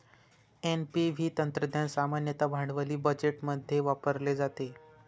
NPV तंत्रज्ञान सामान्यतः भांडवली बजेटमध्ये वापरले जाते